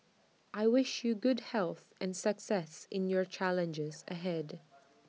I wish you good health and success in your challenges ahead